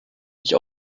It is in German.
nicht